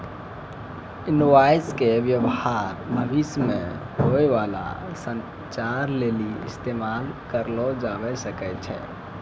invoice के व्य्वहार भविष्य मे होय बाला संचार लेली इस्तेमाल करलो जाबै सकै छै